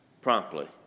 promptly